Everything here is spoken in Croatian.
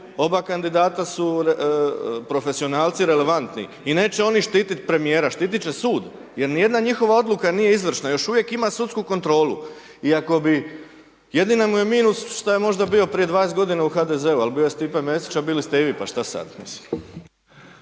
oba kandidata su profesionalci relevantni i neće oni štiti premjera, štiti će sud, jer ni jedna njihova odluka nije izvršna, još uvijek ima sudsku kontrolu. I ako bi, jedina mu je minus što je možda bio prije 20 g. u HDZ-u, ali bio je i Stipe Mesić, a bili ste i vi, pa šta sada.